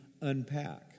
unpack